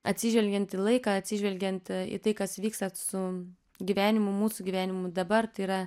atsižvelgiant į laiką atsižvelgiant į tai kas vyksta su gyvenimu mūsų gyvenimu dabar tai yra